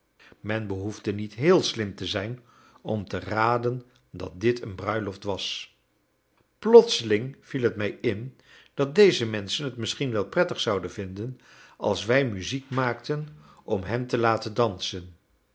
men behoefde niet heel slim te zijn om te raden dat dit een bruiloft was plotseling viel het mij in dat deze menschen het misschien wel prettig zouden vinden als wij muziek maakten om hen te laten dansen